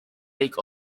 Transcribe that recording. lake